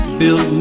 build